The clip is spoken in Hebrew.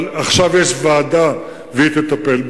אבל עכשיו יש ועדה והיא תטפל בזה.